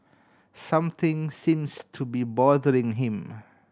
something seems to be bothering him